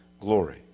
glory